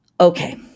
Okay